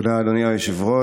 תודה, אדוני היושב-ראש.